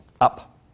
up